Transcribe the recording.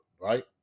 right